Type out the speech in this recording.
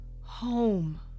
Home